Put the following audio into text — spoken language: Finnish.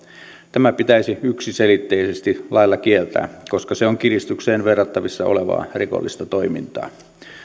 tämä pitäisi yksiselitteisesti lailla kieltää koska se on kiristykseen verrattavissa olevaa rikollista toimintaa